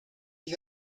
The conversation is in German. ich